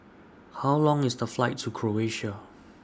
How Long IS The Flight to Croatia